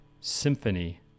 symphony